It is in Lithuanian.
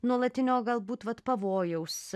nuolatinio galbūt vat pavojaus